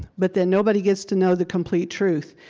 but then nobody gets to know the complete truth.